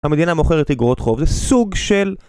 המדינה מוכרת אגרות חוב, זה סוג של...